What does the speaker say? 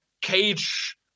cage